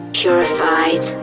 purified